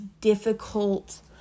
difficult